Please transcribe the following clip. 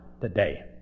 today